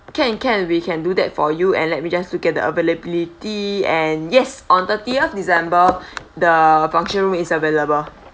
can can we can do that for you and let me just to get the availability and yes on thirtieth december the function room is available